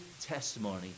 testimony